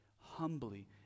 humbly